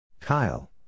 Kyle